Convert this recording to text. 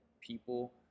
people